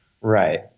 right